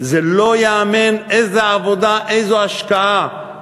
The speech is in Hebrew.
זה לא ייאמן איזו עבודה, איזו השקעה.